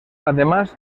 además